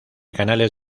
canales